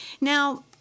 Now